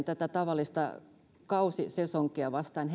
tätä tavallista kausi influenssaa vastaan